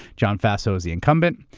john faso is the incumbent.